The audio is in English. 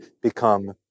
become